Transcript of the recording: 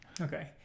Okay